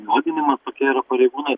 juodinimas tokie yra pareigūnai